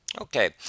Okay